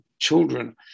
children